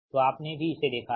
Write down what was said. तो आपने भी इसे देखा है